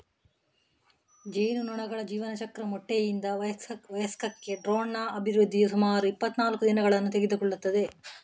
ಜೇನುನೊಣಗಳ ಜೀವನಚಕ್ರ ಮೊಟ್ಟೆಯಿಂದ ವಯಸ್ಕಕ್ಕೆ ಡ್ರೋನ್ನ ಅಭಿವೃದ್ಧಿಯು ಸುಮಾರು ಇಪ್ಪತ್ತನಾಲ್ಕು ದಿನಗಳನ್ನು ತೆಗೆದುಕೊಳ್ಳುತ್ತದೆ